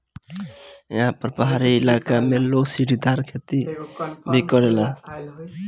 एहा पर पहाड़ी इलाका में लोग सीढ़ीदार खेती भी करेला